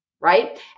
right